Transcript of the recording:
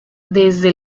desde